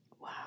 wow